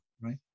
right